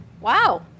Wow